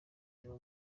deo